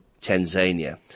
Tanzania